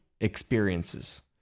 experiences